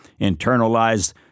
Internalized